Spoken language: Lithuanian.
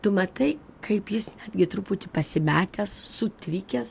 tu matai kaip jis gi truputį pasimetęs sutrikęs